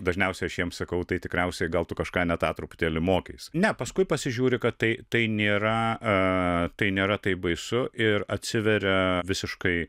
dažniausiai aš jiems sakau tai tikriausiai gal tu kažką ne tą truputėlį mokaisi ne paskui pasižiūri kad tai tai nėra tai nėra taip baisu ir atsiveria visiškai